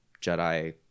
Jedi